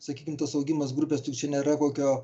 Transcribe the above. sakykim tas augimas grupės tik čia nėra kokio